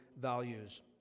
values